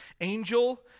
angel